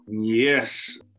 Yes